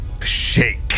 shake